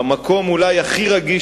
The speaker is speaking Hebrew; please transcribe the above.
במקום אולי הכי רגיש,